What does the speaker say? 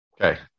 okay